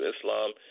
Islam